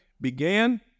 began